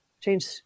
change